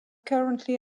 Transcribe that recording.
currently